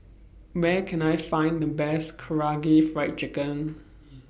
Where Can I Find The Best Karaage Fried Chicken